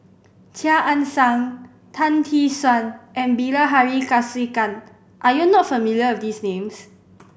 Chia Ann Siang Tan Tee Suan and Bilahari Kausikan are you not familiar with these names